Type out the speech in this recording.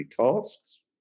tasks